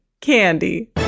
candy